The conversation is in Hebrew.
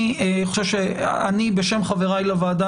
אני חושב שאני בשם חבריי לוועדה,